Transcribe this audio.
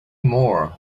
more